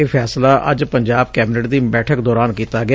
ਇਹ ਫੈਸਲਾ ਅੱਜ ਪੰਜਾਬ ਕੈਬਨਿਟ ਦੀ ਬੈਠਕ ਦੌਰਾਨ ਕੀਤਾ ਗਿਆ